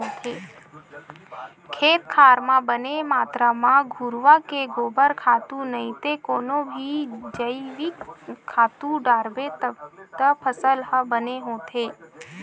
खेत खार म बने मातरा म घुरूवा के गोबर खातू नइते कोनो भी जइविक खातू डारबे त फसल ह बने होथे